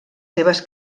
seves